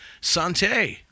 Sante